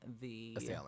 the-